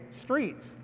streets